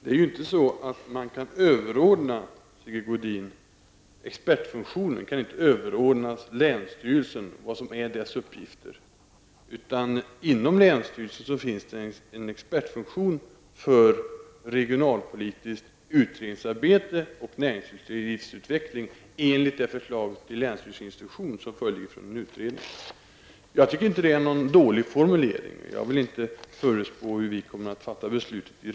Herr talman! Sigge Godin, expertfunktionen kan inte överordnas länsstyrelsen och vad som är dess uppgifter, utan inom länsstyrelsen finns det en expertfunktion för regionalpolitiskt utredningsarbete och näringslivsutveckling enligt det förslag till länsstyrelseinstruktion som föreligger från en utredning. Jag tycker inte att det är någon dålig formulering. Jag vill inte förutspå hur regeringen kommer att fatta beslut.